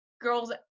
girls